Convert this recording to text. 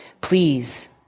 Please